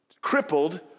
crippled